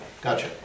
gotcha